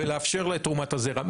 ולאפשר לה את תרומת הזרע.